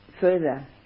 further